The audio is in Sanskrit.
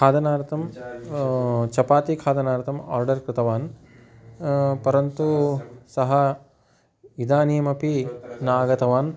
खादनार्थं चपाति खादनार्थं आर्डर् कृतवान् परन्तु सः इदानीमपि नागतवान्